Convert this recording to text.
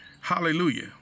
Hallelujah